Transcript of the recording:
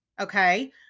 okay